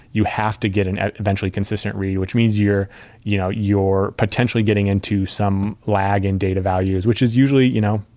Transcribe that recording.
you have to get an eventually consistent read, which means you're you know potentially getting into some lag in data values, which is usually you know